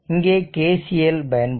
இங்கே KCL பயன்படுத்தலாம்